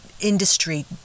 industry